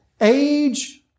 age